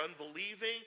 unbelieving